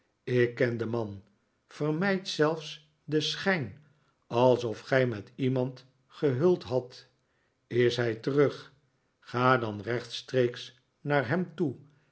ik ken den man vermijd zelfs den schijn alsof gij met iemand geheuld hadt is hij terug ga dan rechtstreeks naar hem toe